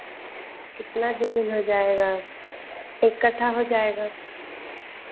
कितना जमीन हो जाएगा एक कट्ठा हो जाएगा